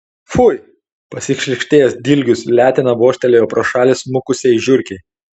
fui pasišlykštėjęs dilgius letena vožtelėjo pro šalį smukusiai žiurkei